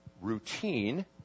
routine